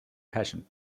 passion